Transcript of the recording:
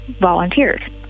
volunteers